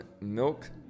Milk